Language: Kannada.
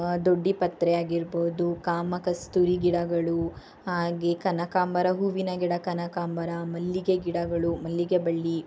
ದೊಡ್ಡ ಪತ್ರೆಯಾಗಿರ್ಬೋದು ಕಾಮಕಸ್ತೂರಿ ಗಿಡಗಳು ಹಾಗೇ ಕನಕಾಂಬರ ಹೂವಿನ ಗಿಡ ಕನಕಾಂಬರ ಮಲ್ಲಿಗೆ ಗಿಡಗಳು ಮಲ್ಲಿಗೆ ಬಳ್ಳಿ